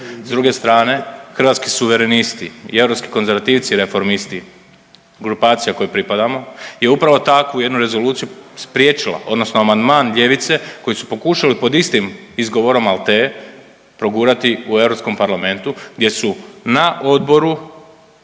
S druge Hrvatski suverenisti i Europski konzervativci i Reformisti grupacija kojoj pripadamo je upravo takvu jednu rezoluciju spriječila odnosno amandman ljevice koji su pokušali pod istim izgovorom … progurati u Europskom parlamentu gdje su na odboru